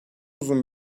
uzun